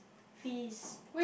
fees